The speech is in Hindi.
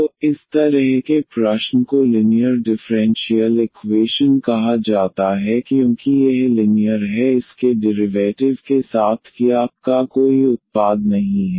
तो इस तरह के प्रश्न को लिनीयर डिफ़्रेंशियल इकवेशन कहा जाता है क्योंकि यह लिनीयर है इसके डिरिवैटिव के साथ y या y का कोई उत्पाद नहीं है